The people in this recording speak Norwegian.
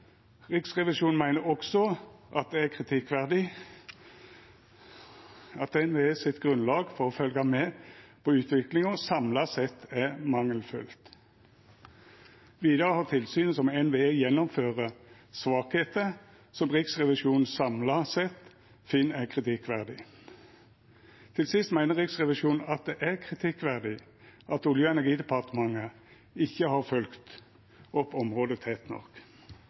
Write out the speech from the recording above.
Riksrevisjonen meiner også at det er kritikkverdig at NVE sitt grunnlag for å fylgja med på utviklinga samla sett er mangelfullt. Vidare har tilsynet som NVE gjennomfører, svakheiter som Riksrevisjonen samla sett finn er kritikkverdige. Til sist meiner Riksrevisjonen at det er kritikkverdig at Olje- og energidepartementet ikkje har fylgt opp området tett nok.